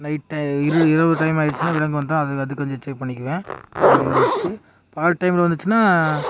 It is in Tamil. லைட்டை இர இரவு டைம் ஆயிருச்சுனா விலங்கு வந்தால் அது அது கொஞ்சம் எச்சரிக்கை பண்ணிக்குவேன் இதை வச்சி பகல் டைம்மில வந்துச்சுனா